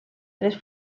tres